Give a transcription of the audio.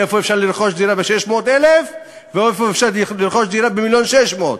איפה אפשר לרכוש דירות ב-600,000 ואיפה אפשר לרכוש דירה ב-1.6 מיליון?